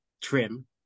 trim